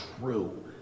true